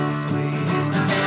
sweet